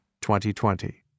2020